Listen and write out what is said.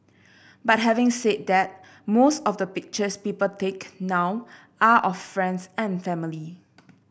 but having said that most of the pictures people take now are of friends and family